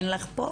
אין לך פה?